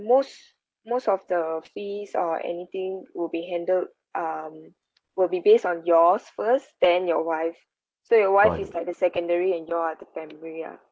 most most of the fees or anything would be handled um will be based on your's first then your wife so your wife is like the secondary and you're are the primary lah